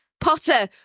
Potter